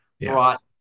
brought